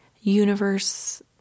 universe